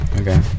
okay